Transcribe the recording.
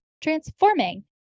transforming